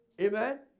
Amen